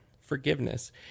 forgiveness